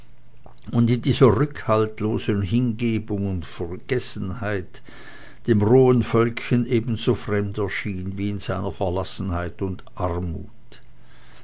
und in dieser rückhaltlosen hingebung und selbstvergessenheit dem rohen völkchen ebenso fremd erschien wie in seiner verlassenheit und armut